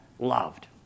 Loved